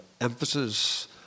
emphasis